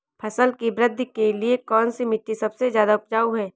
फसल की वृद्धि के लिए कौनसी मिट्टी सबसे ज्यादा उपजाऊ है?